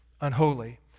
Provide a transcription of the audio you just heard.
unholy